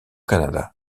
canada